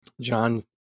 John